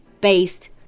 based